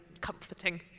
comforting